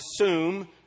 assume